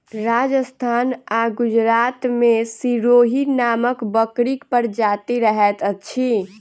राजस्थान आ गुजरात मे सिरोही नामक बकरीक प्रजाति रहैत अछि